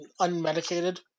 Unmedicated